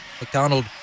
McDonald